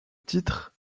titre